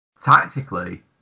tactically